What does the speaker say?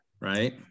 Right